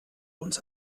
uns